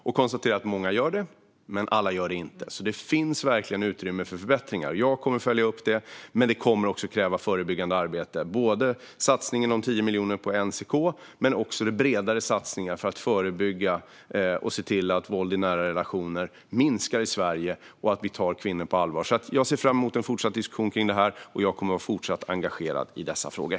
Det konstaterades att många gör det men att inte alla gör det. Det finns alltså utrymme för förbättringar. Jag kommer att följa upp det, men det kommer också att kräva förebyggande arbete. Det handlar både om satsningen om 10 miljoner på NCK och om bredare satsningar för att förebygga och se till att våld i nära relationer minskar i Sverige och att vi tar kvinnor på allvar. Jag ser fram emot en fortsatt diskussion om detta, och jag kommer även fortsättningsvis att vara engagerad i dessa frågor.